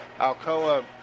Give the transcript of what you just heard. Alcoa